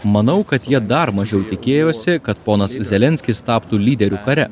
manau kad jie dar mažiau tikėjosi kad ponas zelenskis taptų lyderiu kare